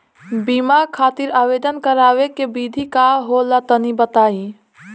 बीमा खातिर आवेदन करावे के विधि का होला तनि बताईं?